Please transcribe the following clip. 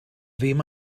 ddim